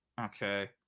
Okay